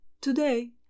Today